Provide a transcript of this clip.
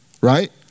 Right